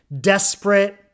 desperate